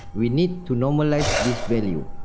we need to normalize this value.